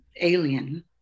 alien